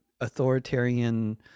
authoritarian